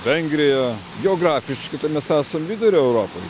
vengrija geografiškai tai mes esam vidurio europoj